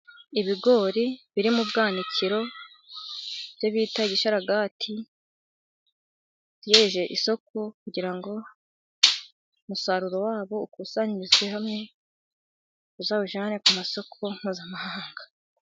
Ibigori biri mu bwanikiro ibyo bita ibisharagati bategereje isoko , kugira ngo umusaruro wabo ukusanyirizwe hamwe uzawujyane ku masoko mpuzamahanga.